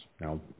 Now